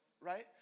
right